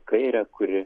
kairę kuri